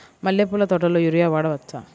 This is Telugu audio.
మల్లె పూల తోటలో యూరియా వాడవచ్చా?